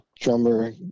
drummer